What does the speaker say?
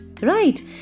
right